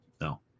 No